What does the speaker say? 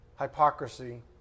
hypocrisy